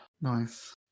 Nice